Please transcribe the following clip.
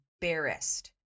embarrassed